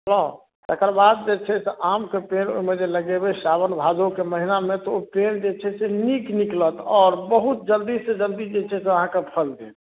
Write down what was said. बुझलहुँ तकर बाद जे छै से आम कऽ पेड़ ओहिमे जे लगेबै साओन भादवके महिनामे तऽ ओ पेड़ जे छै से नीक निकलत आओर बहुत जल्दी से जल्दी जे छै से अहाँकऽ फल देत